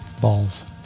Balls